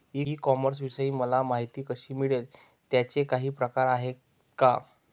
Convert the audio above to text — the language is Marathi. ई कॉमर्सविषयी मला माहिती कशी मिळेल? त्याचे काही प्रकार आहेत का?